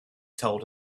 told